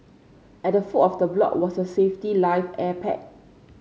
at the foot of the block was a safety life air pack